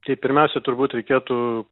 tai pirmiausia turbūt reikėtų